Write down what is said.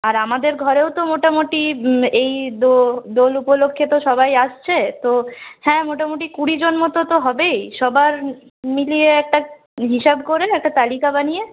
আর আমাদের ঘরেও তো মোটামুটি এই দোল উপলক্ষে তো সবাই আসছে তো হ্যাঁ মোটামুটি কুড়ি জন মত তো হবেই সবার মিলিয়ে একটা হিসাব করে একটা তালিকা বানিয়ে